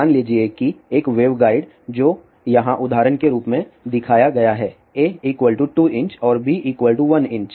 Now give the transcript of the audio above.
तो मान लीजिए कि एक वेवगाइड जो यहां उदाहरण के रूप में दिखाया गया है a 2" और b 1"